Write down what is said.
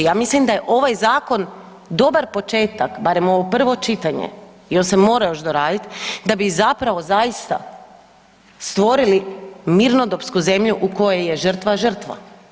Ja mislim da je ovaj zakon dobar početak, barem ovo prvo čitanje i on se mora još doraditi da bi zapravo zaista stvorili mirnodopsku zemlju u kojoj je žrtva, žrtva.